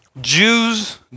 Jews